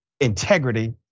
integrity